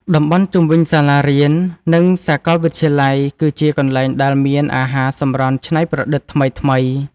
តំបន់ជុំវិញសាលារៀន និងសាកលវិទ្យាល័យ គឺជាកន្លែងដែលមានអាហារសម្រន់ច្នៃប្រឌិតថ្មីៗ។